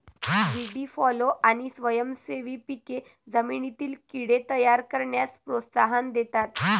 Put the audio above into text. व्हीडी फॉलो आणि स्वयंसेवी पिके जमिनीतील कीड़े तयार करण्यास प्रोत्साहन देतात